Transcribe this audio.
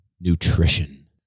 nutrition